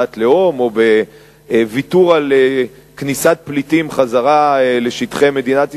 למדינת לאום או לוויתור על כניסת פליטים חזרה לשטחי מדינת ישראל.